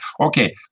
Okay